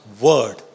word